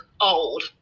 old